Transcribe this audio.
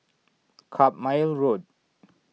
Carpmael Road